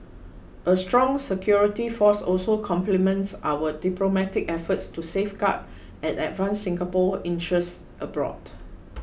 a strong security force also complements our diplomatic efforts to safeguard and advance Singapore's interests abroad